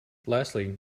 lastly